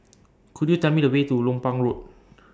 Could YOU Tell Me The Way to Lompang Road